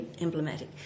emblematic